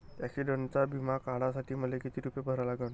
ॲक्सिडंटचा बिमा काढा साठी मले किती रूपे भरा लागन?